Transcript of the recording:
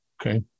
Okay